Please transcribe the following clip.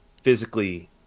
physically